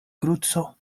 kruco